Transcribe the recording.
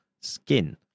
Skin